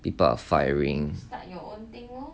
people are firing